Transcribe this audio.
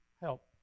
help